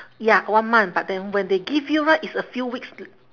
ya one month but then when they give you right it's a few weeks